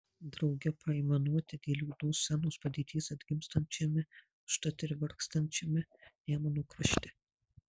drauge paaimanuoti dėl liūdnos scenos padėties atgimstančiame užtat ir vargstančiame nemuno krašte